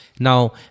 Now